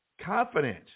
confident